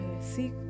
Seek